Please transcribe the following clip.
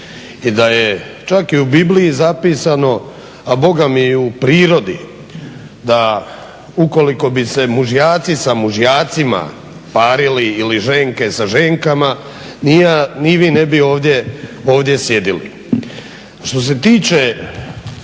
i da je čak i u Bibliji zapisano, a bogami i u prirodi da ukoliko bi se mužjaci sa mužjacima parili ili ženke sa ženkama, ni ja ni vi ne bi ovdje sjedili. Što se tiče